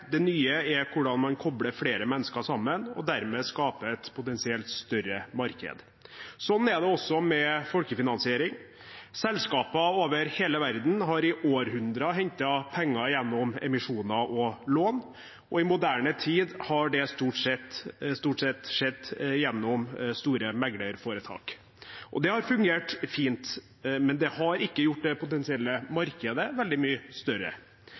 Det nye er hvordan man kobler flere mennesker sammen og dermed skaper et potensielt større marked. Sånn er det også med folkefinansiering. Selskaper over hele verden har i århundrer hentet penger gjennom emisjoner og lån, og i moderne tid har det stort sett skjedd gjennom store meglerforetak. Det har fungert fint, men det har ikke gjort det potensielle markedet veldig mye større.